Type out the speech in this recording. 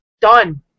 Done